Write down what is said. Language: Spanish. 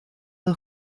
dos